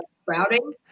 sprouting